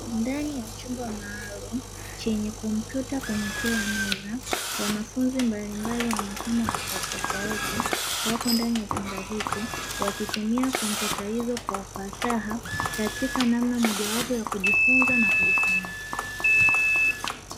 Ndani ya chumba maalumu chenye kompyuta kwenye kila meza, wanafunzi mbalimbali wa makamo tofautitofauti wapo ndani ya chumba hiki, wakitumia kompyuta hizo kwa ufasaha katika namna mojawapo ya kujifunza na kujisomea.